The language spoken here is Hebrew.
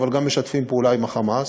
אבל גם משתפים פעולה עם ה"חמאס",